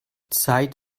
zeit